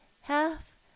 half